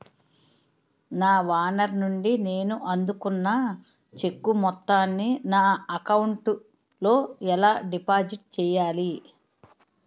నా ఓనర్ నుండి నేను అందుకున్న చెక్కు మొత్తాన్ని నా అకౌంట్ లోఎలా డిపాజిట్ చేయాలి?